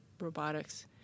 robotics